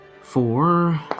Four